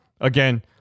again